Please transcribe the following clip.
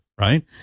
right